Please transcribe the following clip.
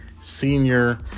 senior